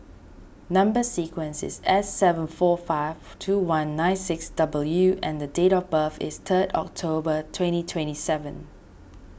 Number Sequence is S seven four five two one nine six W and date of birth is third October twenty twenty seven